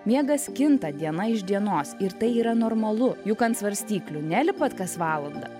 miegas kinta diena iš dienos ir tai yra normalu juk ant svarstyklių nelipat kas valandą